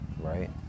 right